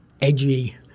edgy